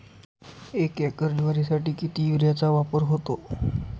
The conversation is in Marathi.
एक एकर ज्वारीसाठी किती युरियाचा वापर होतो?